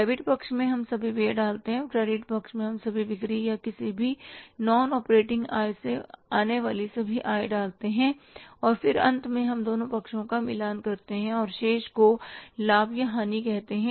debit पक्ष में हम सभी व्यय डालते हैं और क्रेडिट पक्ष में हम बिक्री या किसी भी नॉन ऑपरेटिंग आय से आने वाली सभी आय डालते हैं और फिर अंत में हम दोनों पक्षों का मिलान करते हैं और शेष को लाभ या हानि कहते है